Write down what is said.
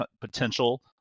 potential